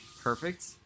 perfect